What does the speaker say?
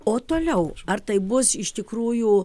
o toliau ar tai bus iš tikrųjų